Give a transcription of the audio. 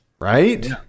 Right